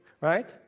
right